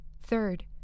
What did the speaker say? Third